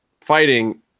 fighting